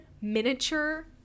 miniature